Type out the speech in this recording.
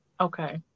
Okay